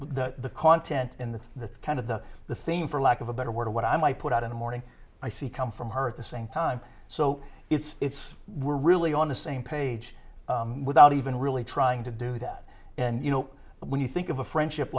know the content and the kind of the the thing for lack of a better word of what i might put out in the morning i see come from her at the same time so it's we're really on the same page without even really trying to do that and you know when you think of a friendship